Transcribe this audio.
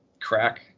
crack